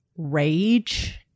Rage